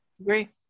Agree